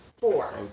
Four